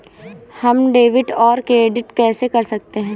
हम डेबिटऔर क्रेडिट कैसे कर सकते हैं?